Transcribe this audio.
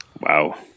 Wow